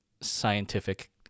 scientific